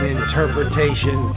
interpretation